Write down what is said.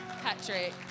Patrick